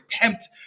attempt